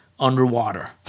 Underwater